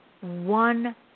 one